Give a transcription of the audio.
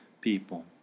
people